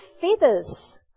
feathers